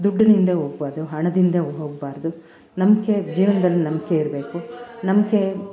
ದುಡ್ಡಿನ್ ಹಿಂದೆ ಹೋಗಬಾರ್ದು ಹಣದಿಂದೆ ಹೋಗಬಾರ್ದು ನಂಬಿಕೆ ಜೀವನ್ದಲ್ಲಿ ನಂಬಿಕೆ ಇರಬೇಕು ನಂಬಿಕೆ